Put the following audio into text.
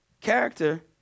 Character